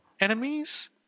enemies